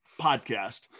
podcast